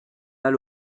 mal